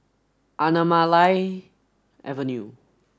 Anamalai Avenue